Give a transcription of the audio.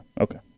Okay